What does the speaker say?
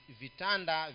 vitanda